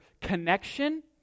connection